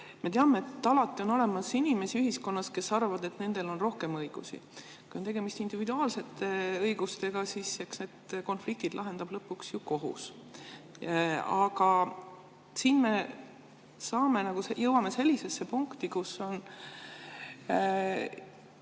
Me teame, et alati on ühiskonnas inimesi, kes arvavad, et nendel on rohkem õigusi. Kui on tegemist individuaalsete õigustega, siis eks need konfliktid lahendab lõpuks kohus. Aga siin me jõuame sellisesse punkti, kus mingi